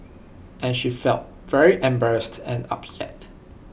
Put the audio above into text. and she felt very embarrassed and upset